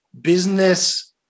business